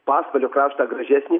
pasvalio kraštą gražesnį